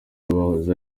abahoze